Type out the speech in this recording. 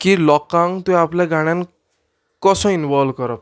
की लोकांक त्यो आपल्या गाण्यान कसो इनवॉल्व करप तो